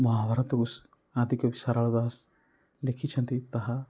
ମହାଭାରତକୁ ସ ଆଦିକବି ସାରଳା ଦାସ ଲେଖିଛନ୍ତି ତାହା